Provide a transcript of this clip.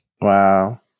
Wow